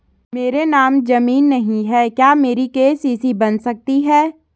मेरे नाम ज़मीन नहीं है क्या मेरी के.सी.सी बन सकती है?